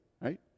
right